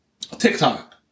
TikTok